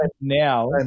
now